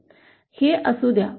हे असू द्या